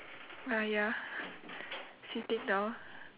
ah ya sitting down